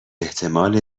احتمال